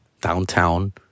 downtown